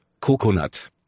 coconut